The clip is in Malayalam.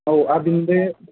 ഓ അതിൻ്റെ